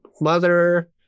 mother